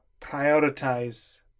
prioritize